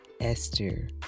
esther